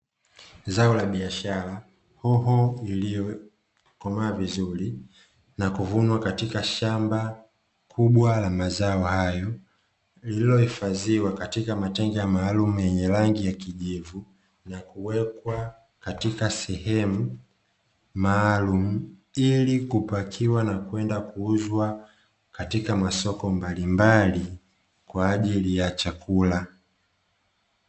Zao la biashara hoho, lililokomaa vizuri na kuvunwa katika shamba kubwa la mazao hayo, lilihifadhiwa katika matenga maalumu yenye rangi ya kijivu, na kuwekwa katika sehemu maalumu ili kupakiwa na kwenda kuuzwa katika masoko mbalimbali kwa ajili ya chakula.